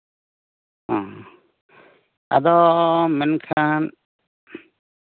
ᱚ ᱟᱫᱚ ᱢᱮᱱᱠᱷᱟᱱ